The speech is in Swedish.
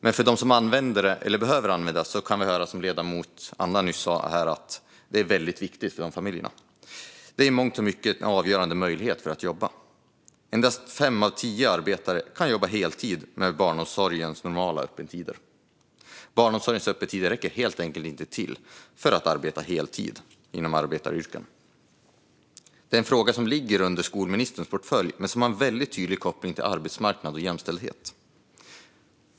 Men som ledamoten Anna Wallentheim nyss sa är denna barnomsorg mycket viktig för de familjer som behöver använda den. Den är i mångt och mycket avgörande för att många ska kunna jobba. Endast fem av tio arbetare kan jobba heltid med barnomsorgens normala öppettider. Barnomsorgens öppettider räcker helt enkelt inte till för att människor ska kunna jobba heltid inom arbetaryrken. Det är en fråga som ligger under skolministerns portfölj men som har en väldigt tydlig koppling till arbetsmarknad och jämställdhet.